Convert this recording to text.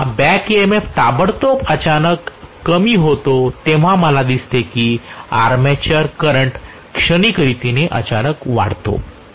जेव्हा back EMF ताबडतोब अचानक कमी होतो तेव्हा मला दिसते की आर्मेचर करंट क्षणिक रीतीने अचानक वाढतो